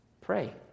pray